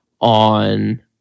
on